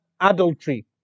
Adultery